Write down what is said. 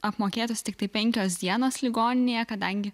apmokėtos tiktai penkios dienos ligoninėje kadangi